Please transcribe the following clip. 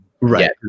right